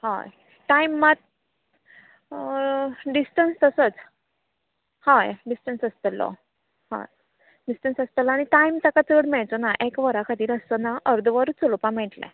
हय टायम मात डिस्टन्स तसच हय डिस्टन्स आसतलो हय डिस्टन्स आसतलो आनी टायम ताका चड मेळचो ना एक वरा खातीर आसचो ना अर्दवरूच चलोवपा मेळटलें